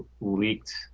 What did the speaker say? leaked